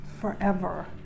forever